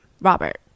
robert